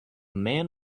man